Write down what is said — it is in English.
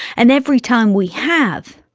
and every time we have,